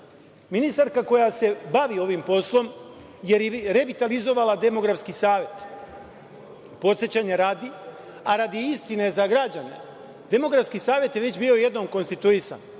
podatak. Ministarka koja se bavi ovim poslom je revitalizovala Demografski savet. Podsećanja radi, a radi istine za građane, Demografski savet je bio već jednom konstituisan,